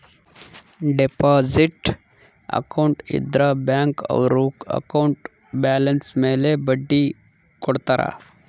deposit account ಇದ್ರ bank ಅವ್ರು account balance ಮೇಲೆ ಬಡ್ಡಿ ಕೊಡ್ತಾರ